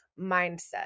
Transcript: mindset